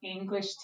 English